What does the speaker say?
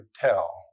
tell